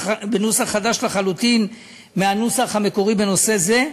חדש לחלוטין מהנוסח המקורי בנושא זה.